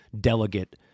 delegate